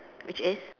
which is